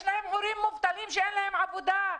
יש להם הורים מובטלים שאין להם עבודה.